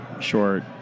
short